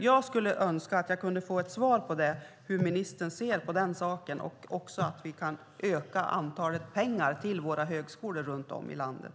Jag skulle önska att jag kunde få ett svar på det, hur ministern ser på den saken, och också att vi kunde öka antalet pengar till våra högskolor runt om i landet.